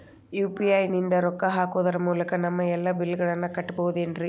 UPI ನಿಂದ ರೊಕ್ಕ ಹಾಕೋದರ ಮೂಲಕ ನಮ್ಮ ಎಲ್ಲ ಬಿಲ್ಲುಗಳನ್ನ ಕಟ್ಟಬಹುದೇನ್ರಿ?